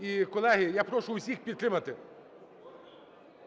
І, колеги, я прошу всіх підтримати.